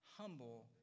Humble